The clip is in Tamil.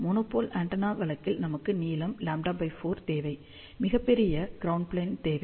மோனோபோல் ஆண்டெனா வழக்கில் நமக்கு நீளம் λ4 தேவை மிகப் பெரிய க்ரௌண்ட் ப்ளென் தேவை